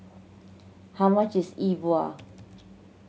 how much is E Bua